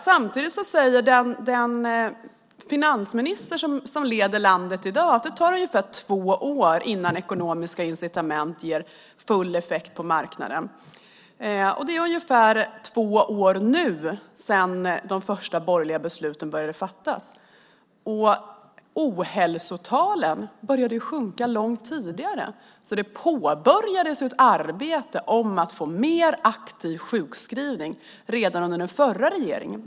Samtidigt säger den nuvarande finansministern att det tar ungefär två år innan ekonomiska incitament ger full effekt på marknaden. Det är nu ungefär två år sedan de första borgerliga besluten fattades, och ohälsotalen började sjunka långt tidigare. Det påbörjades alltså ett arbete för en mer aktiv sjukskrivning redan under den förra regeringen.